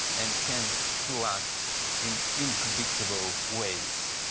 and tends to act in unpredictable ways.